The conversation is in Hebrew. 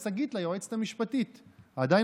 הצעה לסדר-היום בנושא הצורך בהקמת ועדה